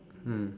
mm